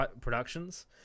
productions